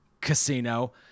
casino